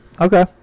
Okay